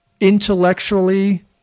intellectually